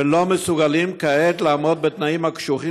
ולא מסוגלים כעת לעמוד בתנאים הקשוחים